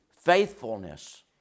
faithfulness